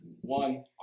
One